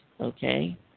okay